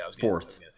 fourth